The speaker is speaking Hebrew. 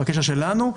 בקשר שלנו,